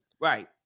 Right